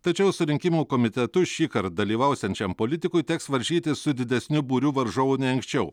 tačiau su rinkimų komitetu šįkart dalyvausiančiam politikui teks varžytis su didesniu būriu varžovų nei anksčiau